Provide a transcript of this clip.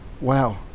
Wow